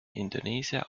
indonesia